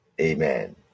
Amen